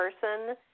person